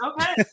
Okay